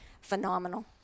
phenomenal